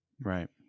Right